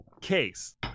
case